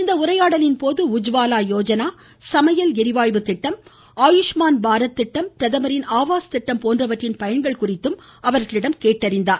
இந்த உரையாடலின்போது உஜ்வாலா யோஜனா சமையல் எரிவாயு திட்டம் ஆயுஷ்மான் பாரத் திட்டம் பிரதமரின் ஆவாஸ் திட்டம் போன்றவற்றின் பயன்கள் குறித்தும் அவர்களிடம் கேட்டறிந்தார்